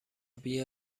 بیا